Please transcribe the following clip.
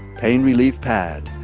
pain relief pad.